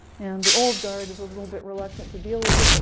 and the old guard is a little bit reluctant to deal with it. like,